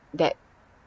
that